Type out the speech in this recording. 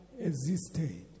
existed